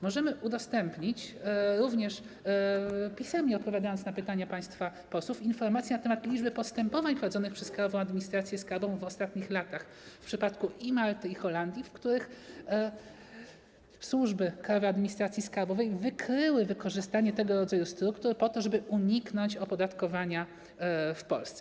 Możemy udostępnić, również pisemnie, odpowiadając na pytania państwa posłów, informacje na temat liczby postępowań prowadzonych przez Krajową Administrację Skarbową w ostatnich latach w przypadku i Malty, i Holandii, w których służby Krajowej Administracji Skarbowej wykryły wykorzystanie tego rodzaju struktur po to, żeby uniknąć opodatkowania w Polsce.